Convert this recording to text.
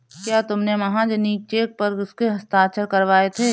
क्या तुमने महाजनी चेक पर उसके हस्ताक्षर करवाए थे?